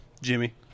Jimmy